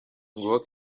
nguwo